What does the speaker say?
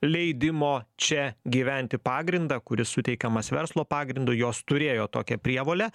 leidimo čia gyventi pagrindą kuris suteikiamas verslo pagrindu jos turėjo tokią prievolę